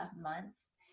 months